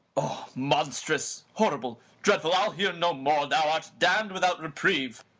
oh! monstrous! horrible! dreadful! i'll hear no more. thou art damn'd without reprieve.